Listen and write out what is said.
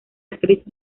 actriz